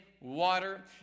water